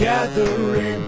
Gathering